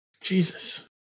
Jesus